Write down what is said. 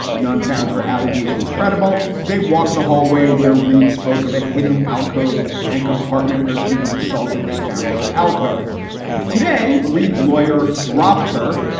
none found her allegations credible. they walked the hallway where reid spoke of a hidden alcove and compartment where she was assaulted. they found no alcove today. reid's lawyer dropped her,